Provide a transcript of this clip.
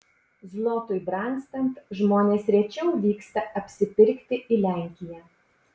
zlotui brangstant žmonės rečiau vyksta apsipirkti į lenkiją